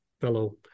fellow